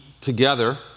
together